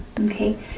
okay